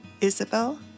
Isabel